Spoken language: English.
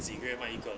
sigram 买一个 lah